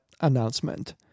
announcement